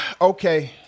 Okay